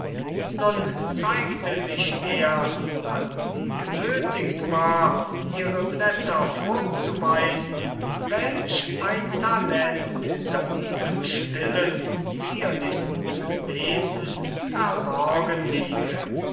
nun zeigte sich erst als sie genötigt war ihre blätter vorzuweisen welch ein talent hinter diesem stillen zierlichsten wesen verborgen liege